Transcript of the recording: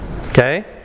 okay